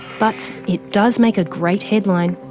but, it does make a great headline